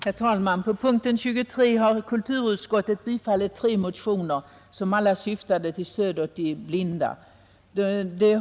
Herr talman! Under punkten 23 har kulturutskottet tillstyrkt tre motioner som alla syftade till stöd åt de blinda.